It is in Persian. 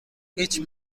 هیچ